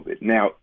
Now